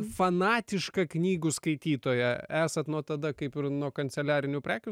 fanatiška knygų skaitytoja esat nuo tada kaip ir nuo kanceliarinių prekių